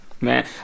Man